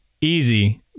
easy